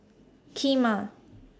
Kheema